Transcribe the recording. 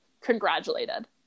congratulated